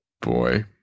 boy